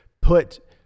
put